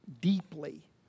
deeply